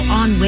on